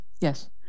Yes